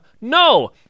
No